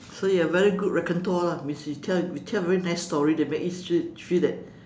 so you have very good lah means you tell you tell very nice story they make it feel feel that